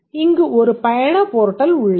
இங்கு ஒரு பயண போர்டல் உள்ளது